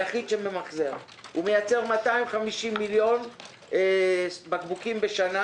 הוא מייצר 250 מיליון בקבוקים בשנה